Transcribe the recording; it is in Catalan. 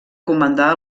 comandar